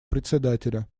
председателя